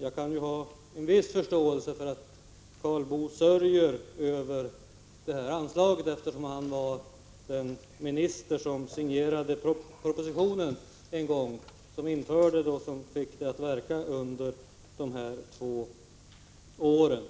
Jag kan ha en viss förståelse för att Karl Boo sörjer när det gäller anslaget, eftersom han var det statsråd som signerade propositionen och som gjorde att anslaget fick verka under de här två åren.